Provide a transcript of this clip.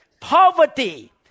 Poverty